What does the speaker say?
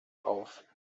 auf